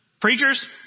preachers